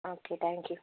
okay thank you